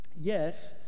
yes